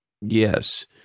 Yes